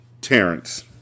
Terrence